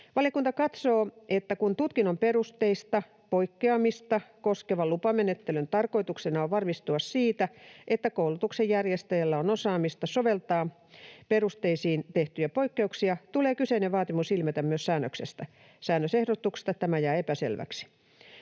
Valiokunta katsoo, että kun tutkinnon perusteista poikkeamista koskevan lupamenettelyn tarkoituksena on varmistua siitä, että koulutuksenjärjestäjällä on osaamista soveltaa perusteisiin tehtyjä poikkeuksia, tulee kyseinen vaatimus ilmetä myös säännöksestä. Sään-nösehdotuksesta tämä jää epäselväksi.